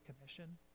commission